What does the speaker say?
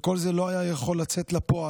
וכל זה לא היה יכול לצאת לפועל